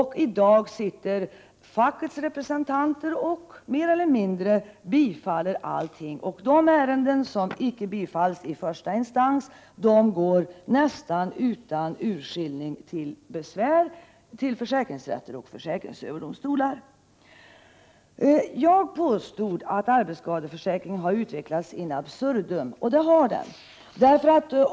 I dag sitter fackets representanter och mer eller mindre bifaller allting, och de ärenden som icke bifalles i första instans går nästan utan urskillning till besvär i försäkringsrätter och försäkringsöverdomstolar. Jag påstod att arbetsskadeförsäkringen har utvecklats in absurdum, och det har den gjort.